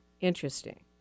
Interesting